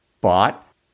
bought